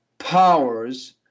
powers